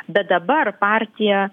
bet dabar partija